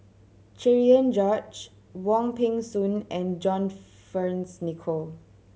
Cherian George Wong Peng Soon and John Fearns Nicoll